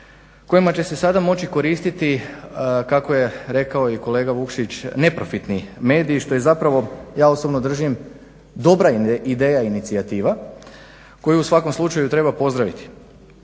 kojima će se sada moći koristiti kako je rekao i kolega Vukšić neprofitni mediji što je zapravo, ja osobno držim, dobra ideja i inicijativa koju u svakom slučaju treba pozdraviti.